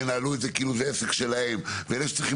ינהלו את זה כאילו זה עסק שלהם ואם אלה שצריכים